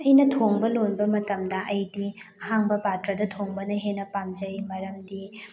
ꯑꯩꯅ ꯊꯣꯡꯕ ꯂꯣꯟꯕ ꯃꯇꯝꯗ ꯑꯩꯗꯤ ꯑꯍꯥꯡꯕ ꯄꯥꯇ꯭ꯔꯗ ꯊꯣꯡꯕꯅ ꯍꯦꯟꯅ ꯄꯥꯝꯖꯩ ꯃꯔꯝꯗꯤ